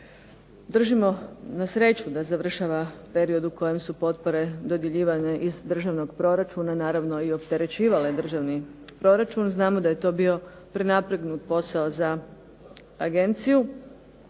Držimo, na sreću, da završava period u kojem su potpore dodjeljivane iz državnog proračuna naravno i opterećivale državni proračun. Znamo da je to bio prenapregnut posao za agenciju.